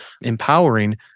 empowering